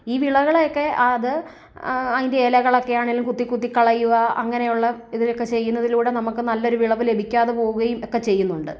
ഈ വിളകളെയൊക്കെ ആ അത് ആ അതിൻ്റെ ഇലകളൊക്കെ ആണേലും കുത്തി കുത്തി കളയുക അങ്ങനെയുള്ള ഇതൊക്കെ ചെയ്യുന്നതിലൂടെ നമുക്ക് നല്ലൊരു വിളവ് ലഭിക്കാതെ പോകുകയും ഒക്കെ ചെയ്യുന്നുണ്ട്